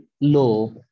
low